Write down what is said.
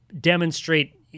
demonstrate